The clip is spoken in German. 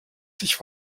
sich